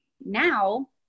now